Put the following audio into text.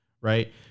right